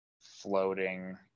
floating